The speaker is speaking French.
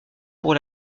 pour